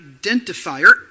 Identifier